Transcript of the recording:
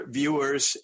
viewers